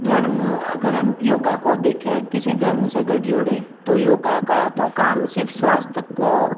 धर्म अगर हम योगा को देखें किसी धर्म से अगर जोड़ें तो योगा का तो काम सिर्फ स्वास्थय को